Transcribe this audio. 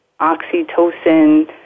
oxytocin